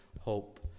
hope